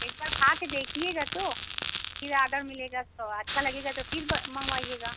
एक बार खा कर देखिएगा तो फिर आडर मिलेगा तो अच्छा लगेगा तो फिर ब मँगवाइएगा